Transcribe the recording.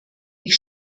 ich